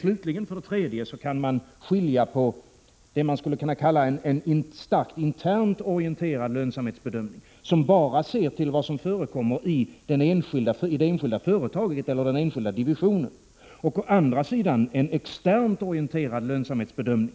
Slutligen kan man skilja på en starkt internt orienterad lönsamhetsbedömning, som bara ser till vad som förekommer i det enskilda företaget och i den enskilda divisionen, och en externt orienterad lönsamhetsbedömning.